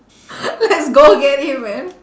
let's go get him man